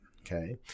Okay